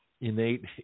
innate